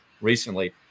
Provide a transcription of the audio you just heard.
recently